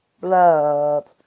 blub